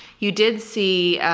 you did see,